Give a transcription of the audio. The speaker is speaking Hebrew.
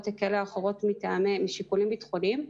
כאלה ואחרות משיקולים ביטחוניים,